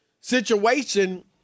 situation